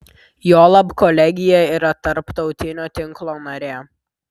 juolab kolegija yra tarptautinio tinklo narė